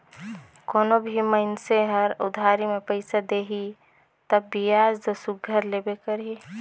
कोनो भी मइनसे हर उधारी में पइसा देही तब बियाज दो सुग्घर लेबे करही